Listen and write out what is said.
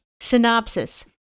Synopsis